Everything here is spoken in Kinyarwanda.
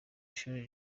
ishuri